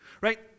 right